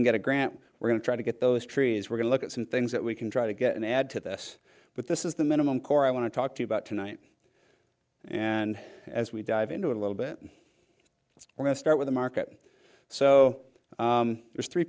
can get a grant we're going to try to get those trees we're going look at some things that we can try to get and add to this but this is the minimum core i want to talk to you about tonight and as we dive into it a little bit it's going to start with the market so there's three